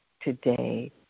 today